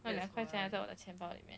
那个两块钱还在我的钱包里面